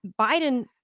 biden